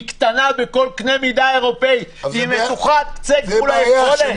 היא קטנה בכל קנה מידה אירופאי כי היא מתוחה עד קצה גבול היכולת.